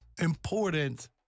important